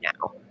now